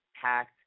packed